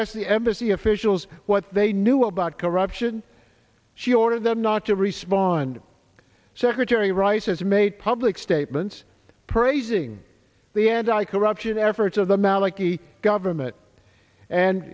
asked the embassy officials what they knew about corruption she ordered them not to respond secretary rice has made public statements praising the end i corruption efforts of the maliki government and